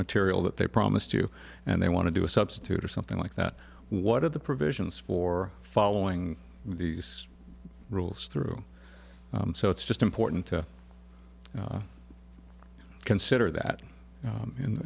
material that they promised you and they want to do a substitute or something like that what are the provisions for following these rules through so it's just important to consider that